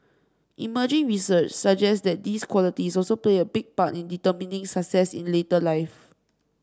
emerging research suggests that these qualities also play a big part in determining success in later life